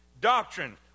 Doctrine